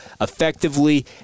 effectively